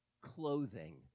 clothing